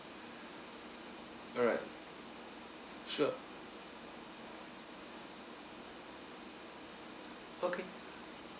alright sure okay